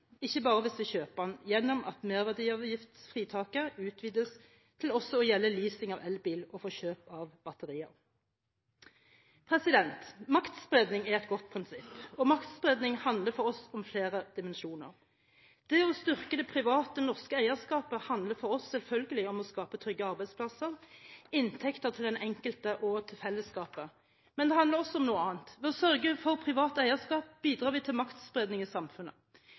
ikke bare hvis vi kjøper den, gjennom at merverdiavgiftsfritaket utvides til også å gjelde leasing av elbil og kjøp av batterier. Maktspredning er et godt prinsipp, og det handler for oss om flere dimensjoner. Det å styrke det private, norske eierskapet handler for oss selvfølgelig om å skape trygge arbeidsplasser, inntekter til den enkelte og til fellesskapet, men det handler også om noe annet. Ved å sørge for privat eierskap bidrar vi til maktspredning i samfunnet.